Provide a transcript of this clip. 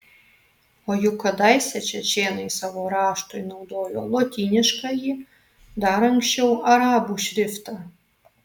o juk kadaise čečėnai savo raštui naudojo lotyniškąjį dar anksčiau arabų šriftą